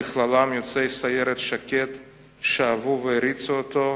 בכללם יוצאי סיירת שקד, שאהבו והעריצו אותו,